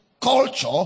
culture